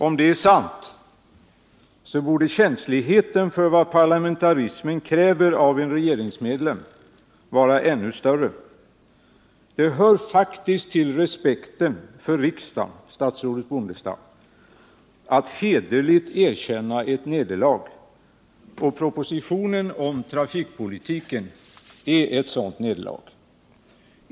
Om det är sant borde känsligheten för vad parlamentarismen kräver av en regeringsmedlem vara ännu större. Det hör faktiskt till respekten för riksdagen, statsrådet Bondestam, att hederligt erkänna ett nederlag. Propositionen om trafikpolitiken är ett sådant nederlag.